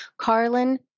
Carlin